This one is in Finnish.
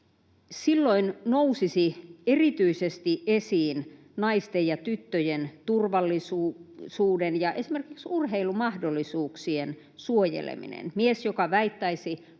silloin nousisi erityisesti esiin naisten ja tyttöjen turvallisuuden ja esimerkiksi urheilumahdollisuuksien suojeleminen. Mies, joka väittäisi